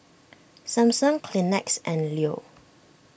Samsung Kleenex and Leo